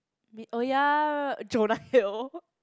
oh ya Jonah-Hill